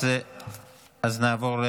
אז נעבור,